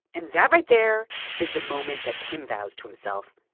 and that right there is the moment that tim vows to himself,